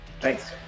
Thanks